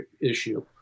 issue